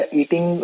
eating